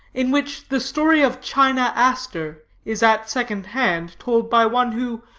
in which the story of china aster is at second-hand told by one who,